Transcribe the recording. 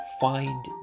find